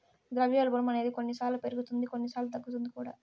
ద్రవ్యోల్బణం అనేది కొన్నిసార్లు పెరుగుతుంది కొన్నిసార్లు తగ్గుతుంది కూడా